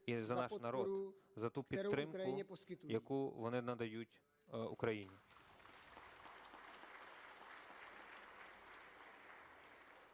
і за наш народ, за ту підтримку, яку вони надають Україні!